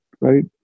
right